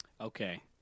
Okay